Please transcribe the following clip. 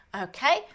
Okay